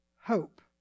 hope